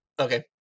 Okay